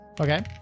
Okay